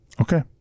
Okay